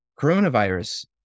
coronavirus